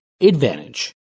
advantage